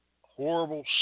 horrible